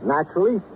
Naturally